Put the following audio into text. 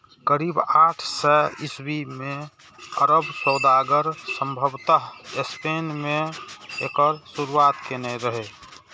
करीब आठ सय ईस्वी मे अरब सौदागर संभवतः स्पेन मे एकर शुरुआत केने रहै